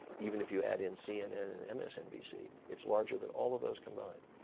even if you add in cnn and msnbc. it's larger than all of those combined.